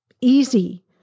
easy